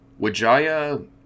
Wajaya